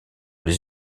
les